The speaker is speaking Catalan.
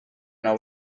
nou